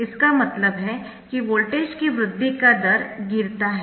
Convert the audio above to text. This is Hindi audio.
इसका मतलब है कि वोल्टेज की वृद्धि का दर गिरता है